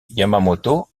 yamamoto